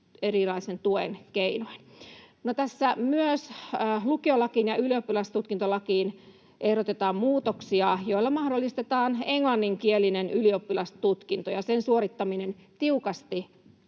erilaisten tukien keinoin. No, tässä myös lukiolakiin ja ylioppilastutkintolakiin ehdotetaan muutoksia, joilla mahdollistetaan englanninkielinen ylioppilastutkinto ja sen suorittaminen tiukasti